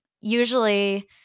usually